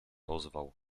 ozwał